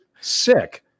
sick